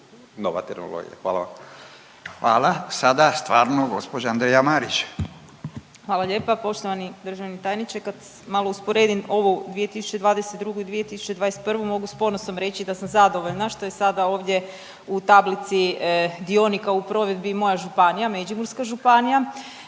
Furio (Nezavisni)** Hvala. Sada stvarno gospođa Andreja Marić. **Marić, Andreja (SDP)** Hvala lijepa poštovani državni tajniče. Kad malo usporedim ovu 2022. i 2021. mogu sa ponosom reći da sam zadovoljna što je sada ovdje u tablici dionika u provedbi i moja županija, Međimurska županija.